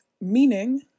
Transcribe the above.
Meaning